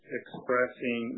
expressing